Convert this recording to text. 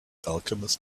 alchemist